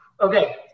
okay